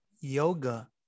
yoga